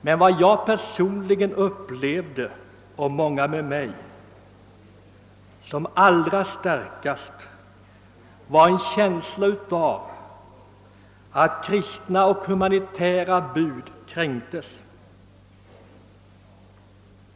Men vad jag personligen, och många med mig, upplevde allra starkast var en känsla av att kristna och humanitära bud kränktes.